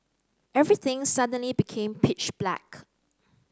everything suddenly became pitch black